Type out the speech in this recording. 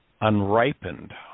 unripened